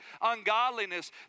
ungodliness